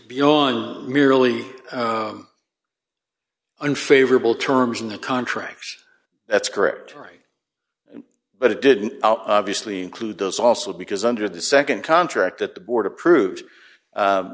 beyond merely unfavorable terms in the contract that's correct right but it didn't obviously include those also because under the nd contract that the board approved